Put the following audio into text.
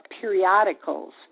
periodicals